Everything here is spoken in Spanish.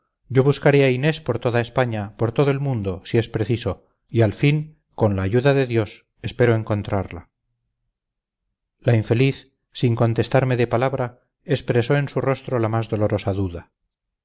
yo buscaré a inés por toda españa por todo el mundo si es preciso y al fin con la ayuda de dios espero encontrarla la infeliz sin contestarme de palabra expresó en su rostro la más dolorosa duda